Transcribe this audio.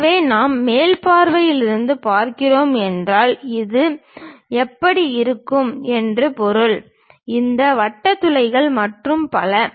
எனவே நாம் மேல் பார்வையில் இருந்து பார்க்கிறோம் என்றால் இது எப்படி இருக்கும் என்று பொருள் இந்த வட்ட துளைகள் மற்றும் பல